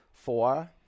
Four